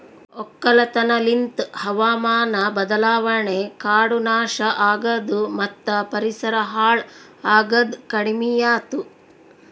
ಒಕ್ಕಲತನ ಲಿಂತ್ ಹಾವಾಮಾನ ಬದಲಾವಣೆ, ಕಾಡು ನಾಶ ಆಗದು ಮತ್ತ ಪರಿಸರ ಹಾಳ್ ಆಗದ್ ಕಡಿಮಿಯಾತು